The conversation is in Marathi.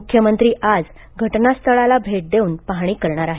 मुख्यमंत्री आज घटनास्थळाला भेट देऊन पाहणी करणार आहेत